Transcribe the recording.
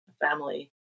family